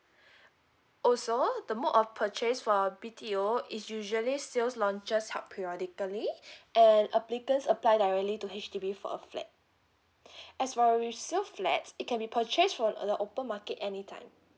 also the mood of purchase for B_T_O is usually sale launches held periodically and applicants applied directly to H_D_B for a flat as for resale flat it can be purchased from uh the open market anytime